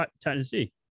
tennessee